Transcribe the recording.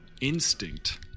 instinct